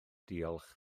diolch